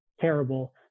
terrible